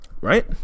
right